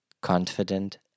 confident